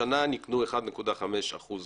השנה ניקנו 1.5 אחוז